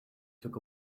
took